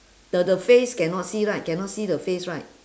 the the face cannot see right cannot see the face right